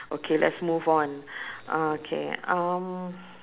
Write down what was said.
okay let's move on uh K um